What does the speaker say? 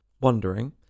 wondering